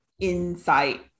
insight